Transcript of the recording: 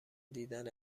دیدن